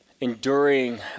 enduring